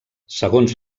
segons